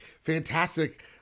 fantastic